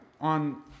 on